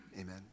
amen